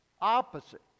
opposite